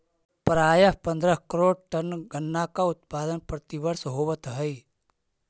प्रायः पंद्रह करोड़ टन गन्ना का उत्पादन प्रतिवर्ष होवत है